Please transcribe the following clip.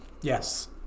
Yes